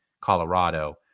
Colorado